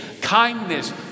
kindness